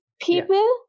People